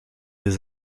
des